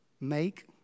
Make